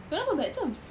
kenapa bad terms